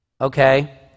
Okay